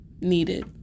needed